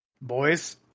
boys